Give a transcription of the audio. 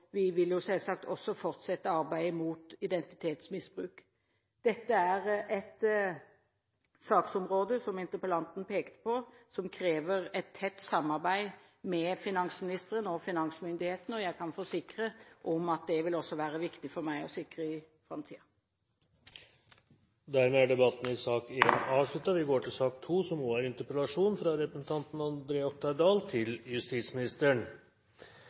Vi vil selvsagt også fortsette arbeidet mot identitetsmisbruk. Dette er et saksområde, som interpellanten pekte på, som krever et tett samarbeid med finansministeren og finansmyndighetene, og jeg kan forsikre om at det vil også være viktig for meg å sikre i framtiden. Debatten i sak nr. 1 er dermed avsluttet. Da skal vi gire opp litt. Temaet for denne interpellasjonen er